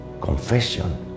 confession